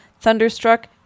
thunderstruck